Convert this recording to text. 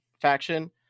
faction